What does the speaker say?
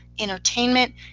entertainment